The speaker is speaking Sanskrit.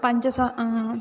पञ्च